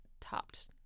topped